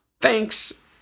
thanks